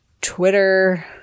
Twitter